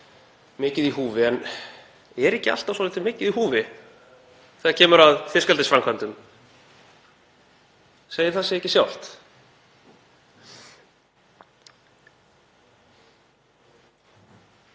mikið í húfi. En er ekki alltaf svolítið mikið í húfi þegar kemur að fiskeldisframkvæmdum, segir það sig ekki sjálft?